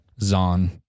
Zon